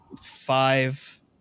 five